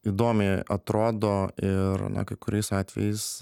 įdomiai atrodo ir na kai kuriais atvejais